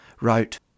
wrote